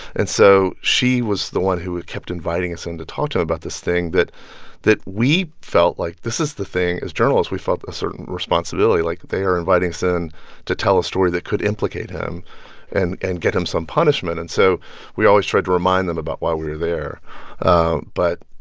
and so she was the one who kept inviting us in to talk to him about this thing that that we felt like this is the thing, as journalists, we felt a certain responsibility. like, they are inviting us in to tell a story that could implicate him and and get him some punishment. and so we always tried to remind them about why we were there but,